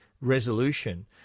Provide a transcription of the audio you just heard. resolution